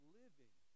living